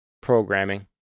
programming